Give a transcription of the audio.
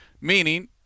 meaning